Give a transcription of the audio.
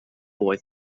boy